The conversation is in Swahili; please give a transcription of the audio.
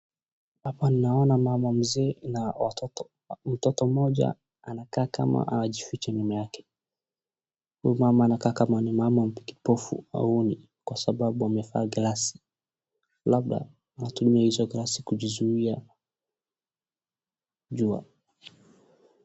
Hapa naona mama mzee na mtoto mmoja anakaa kama anajificha nyuma yake, huyu mama anakaa kama ni mama kipofu aoni kwa sababu amevaa glasi, labda anatumia hizo glasi kujizuia jua.